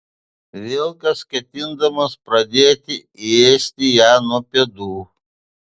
vilkas ketindamas pradėti ėsti ją nuo pėdų